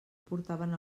portaven